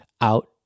out